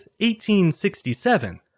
1867